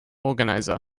organiser